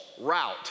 route